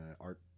art